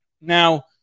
now